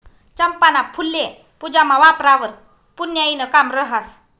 चंपाना फुल्ये पूजामा वापरावंवर पुन्याईनं काम रहास